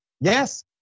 yes